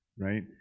right